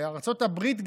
וארצות הברית,